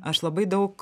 aš labai daug